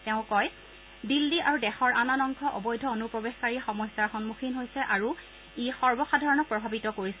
তেওঁ কয় দিন্নী আৰু দেশৰ আন আন অংশ অবৈধ অনূপ্ৰৱেশকাৰীৰ সমস্যাৰ সন্মুখীন হৈছে আৰু ই সৰ্বসাধাৰণক প্ৰভাৱিত কৰিছে